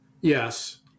Yes